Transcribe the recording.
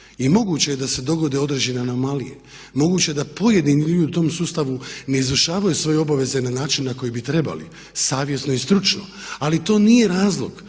I moguće je da se dogode određene anomalije. Moguće je da pojedini ljudi u tom sustavu ne izvršavaju svoje obaveze na način na koji bi trebali, savjesno i stručno ali to nije razlog.